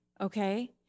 okay